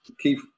Keith